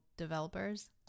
developers